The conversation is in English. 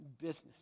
business